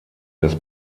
des